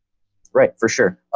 right for sure.